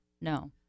no